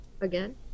Again